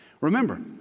Remember